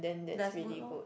that's good lor